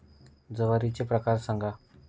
ज्वारीचे प्रकार सांगा